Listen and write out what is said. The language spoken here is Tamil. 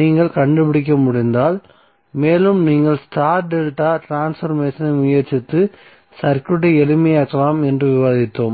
நீங்கள் கண்டுபிடிக்க முடிந்தால் மேலும் நீங்கள் ஸ்டார் டெல்டா ட்ரான்ஸ்பர்மேசனை முயற்சித்து சர்க்யூட்டை எளிமையாக்கலாம் என்று விவாதித்தோம்